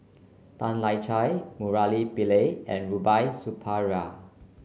Tan Lian Chye Murali Pillai and Rubiah Suparman